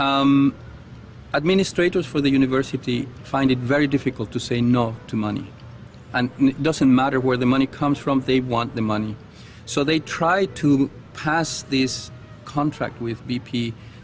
administrators for the university find it very difficult to say no to money and it doesn't matter where the money comes from they want the money so they try to pass these contract with b